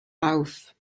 auf